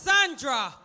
Sandra